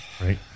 right